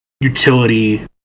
utility